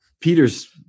Peter's